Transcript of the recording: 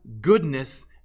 goodness